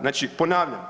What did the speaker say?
Znači ponavljam,